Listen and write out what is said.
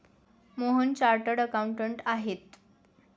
Mohan chartered accountant आहेत